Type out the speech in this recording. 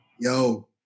yo